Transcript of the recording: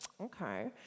okay